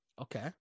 Okay